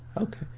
Okay